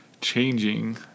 changing